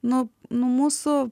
nu nu mūsų